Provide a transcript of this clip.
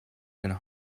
can